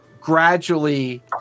gradually